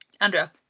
Andrea